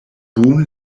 boon